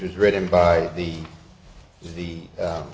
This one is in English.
was written by the the